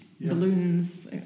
balloons